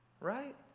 Right